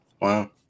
wow